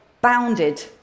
bounded